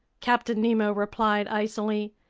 captain nemo replied icily.